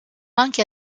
anche